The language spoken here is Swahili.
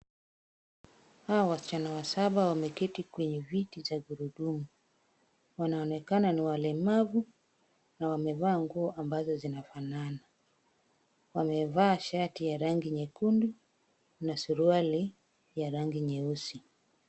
Hawa wasichana saba wameketi kwenye viti za gurudumu. Wanaonekana ni walemavu na wamevaa nguo ambao zinazofanana. Wamevaa shati ya rangi nyekundu na suruali ya rangi nyeusi.